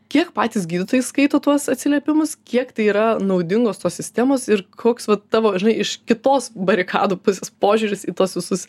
kiek patys gydytojai skaito tuos atsiliepimus kiek tai yra naudingos tos sistemos ir koks va tavo iš kitos barikadų pusės požiūris į tuos visus